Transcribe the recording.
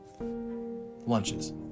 Lunches